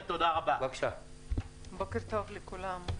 בוקר טוב לכולם.